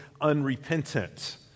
unrepentant